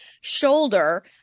shoulder